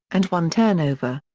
and one turnover.